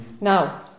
Now